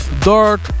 dark